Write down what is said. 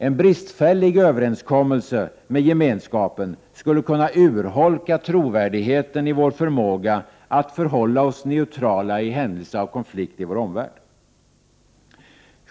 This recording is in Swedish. En bristfällig överenskommelse med gemenskapen skulle kunna urholka trovärdigheten i vår förmåga att förhålla oss neutrala i händelse av konflikt i vår omvärld.